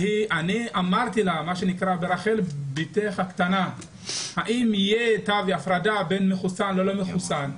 אמרתי לה ברחל בתך הקטנה האם יהיה קו הפרדה בין מחוסן ללא מחוסן.